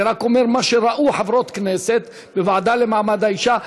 אני רק אומר מה ראו חברות כנסת בוועדה למעמד האישה.